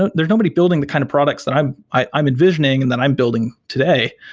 ah there's nobody building the kind of products that i'm i'm envisioning and that i'm building today.